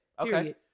Okay